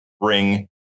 bring